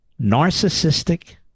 narcissistic